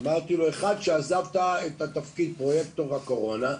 אמרתי לו: א' שעזבת את תפקיד פרויקטור הקורונה,